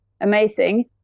amazing